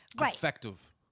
effective –